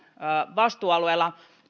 vastuualueella